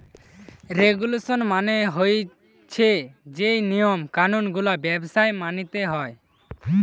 regulation মানে হতিছে যেই নিয়ম কানুন গুলা ব্যবসায় মানতে হয়